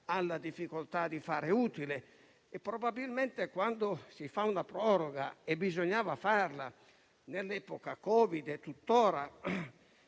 alla difficoltà di fare utile. Probabilmente quando si fa una proroga - e bisognava farla nell'epoca Covid e tuttora